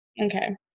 okay